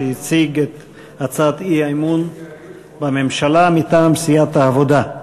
שהציג את הצעת האי-אמון בממשלה מטעם סיעת העבודה.